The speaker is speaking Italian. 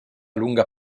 lunga